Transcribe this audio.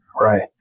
right